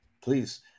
please